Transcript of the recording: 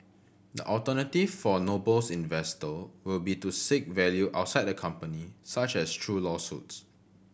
the alternative for Noble's investor will be to seek value outside the company such as through lawsuits